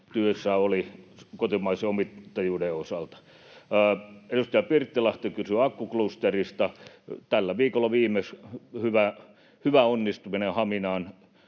työssä oli kotimaisen omistajuuden osalta. Edustaja Pirttilahti kysyi akkuklusterista. Tällä viikolla viimeksi hyvä onnistuminen, Haminaan